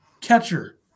catcher